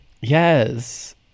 Yes